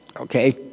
okay